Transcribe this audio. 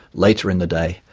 later in the day,